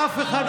אף אחד,